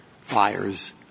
fires